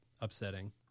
upsetting